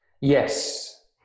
Yes